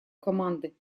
команды